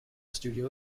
studio